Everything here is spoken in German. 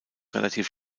relativ